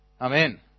Amen